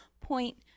point